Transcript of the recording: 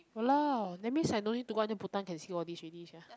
!walao! that's means I no need to go until bhutan can see all these already sia